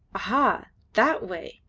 aha! that way!